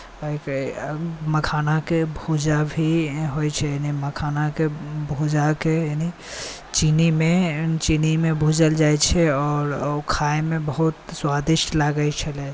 मखानाके भूजा भी होइत छै मखानाके भूजाकेँ चीनीमे भूजल जाइत छै आओर ओ खाइमे बहुत स्वादिष्ट लागैत छलै